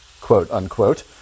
quote-unquote